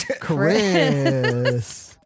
Chris